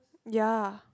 ya